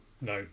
no